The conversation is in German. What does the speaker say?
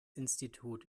institut